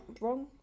wrong